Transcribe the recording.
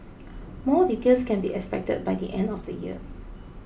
more details can be expected by the end of the year